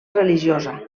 religiosa